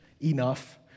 enough